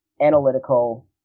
analytical